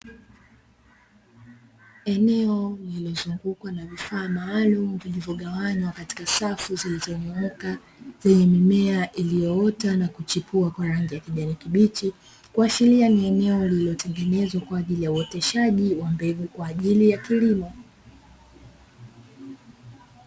Eneo lililozungukwa na vifaa maalumu vilivyogawanywa katika safu zilizonyooka zenye mimea iliyoota na kuchipua kwa rangi ya kijani kibichi, kuashiria ni eneo lililotengenzwa kwa ajili ya uoteshaji wa mbegu kwa ajili ya kilimo.